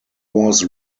was